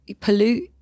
pollute